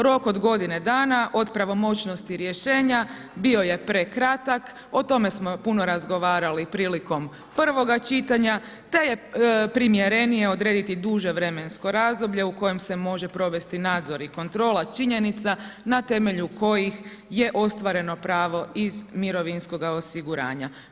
Rok od godine dana, od pravomoćnosti rješenja, bio je prekratak, o tome smo puno razgovarali prilikom prvoga čitanja, te je primjerenije odrediti duže vremensko razdoblje, u kojem se može provesti nadzori i kontrola, činjenica, na temelju kojih je ostvareno pravo iz mirovinskoga osiguranja.